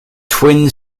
twin